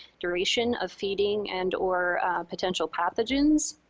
duration of feeding, and or potential pathogens.